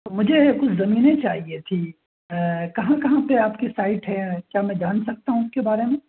مجھے کچھ زمینیں چاہیے تھی کہاں کہاں پہ آپ کی سائٹ ہے کیا میں جان سکتا ہوں اس کے بارے میں